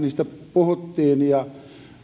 puhuttiin ja